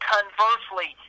Conversely